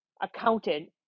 accountant